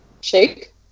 Shake